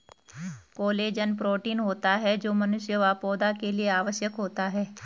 collagen protein होता है जो मनुष्य व पौधा के लिए आवश्यक होता है